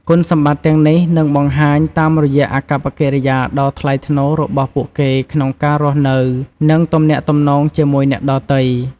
គុណសម្បត្តិទាំងនេះនឹងបង្ហាញតាមរយៈអាកប្បកិរិយាដ៏ថ្លៃថ្នូររបស់ពួកគេក្នុងការរស់នៅ និងទំនាក់ទំនងជាមួយអ្នកដទៃ។